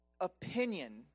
Opinion